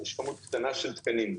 יש כמות קטנה של תקנים,